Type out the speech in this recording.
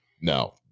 no